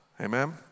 Amen